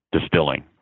distilling